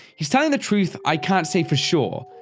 he's telling the truth. i can't say for sure.